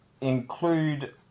include